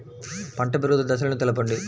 పంట పెరుగుదల దశలను తెలపండి?